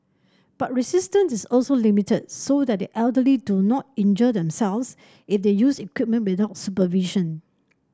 but resistance is also limited so that the elderly do not injure themselves if they use equipment without supervision